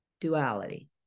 duality